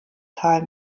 tal